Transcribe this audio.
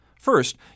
First